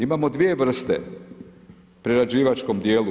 Imamo dvije vrste u prerađivačkom dijelu.